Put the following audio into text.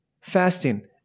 fasting